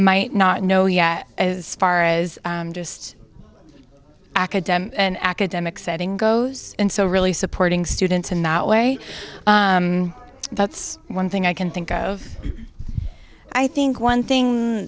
might not know yet as far as just academic and academic setting goes and so really supporting students in that way that's one thing i can think of i think one thing